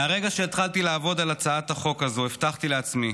מהרגע שהתחלתי לעבוד על הצעת החוק הזאת הבטחתי לעצמי,